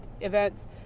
events